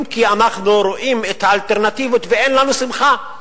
אם כי אנחנו רואים את האלטרנטיבות ואין לנו שמחה.